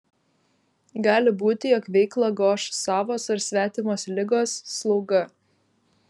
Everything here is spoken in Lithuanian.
gali būti jog veiklą goš savos ar svetimos ligos slauga